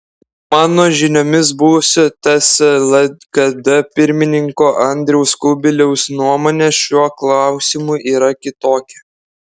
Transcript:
mano žiniomis buvusio ts lkd pirmininko andriaus kubiliaus nuomonė šiuo klausimu yra kitokia